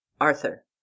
Arthur